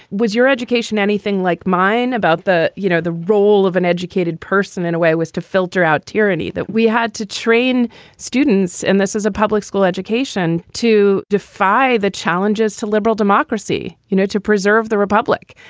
was your education anything like mine about the you know, the role of an educated person in a way was to filter out tyranny that we had to train students. and this is a public school education to defy the challenges to liberal democracy, you know, to preserve the republic.